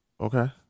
Okay